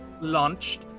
launched